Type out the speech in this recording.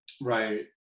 Right